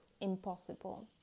Impossible